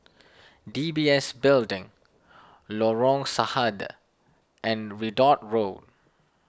D B S Building Lorong Sahad and Ridout Road